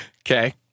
Okay